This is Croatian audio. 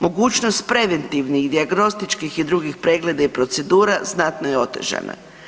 Mogućnost preventivnih i dijagnostičkih i drugih pregleda i procedura znatno je otežana.